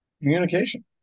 Communication